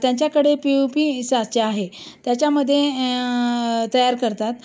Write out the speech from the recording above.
त्यांच्याकडे P U P हे साचे आहे त्याच्यामध्ये तयार करतात